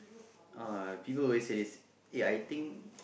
uh people always say this eh I think